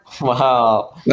Wow